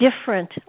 different